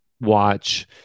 Watch